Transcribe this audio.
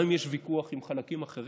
גם אם יש ויכוח עם חלקים אחרים.